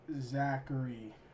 Zachary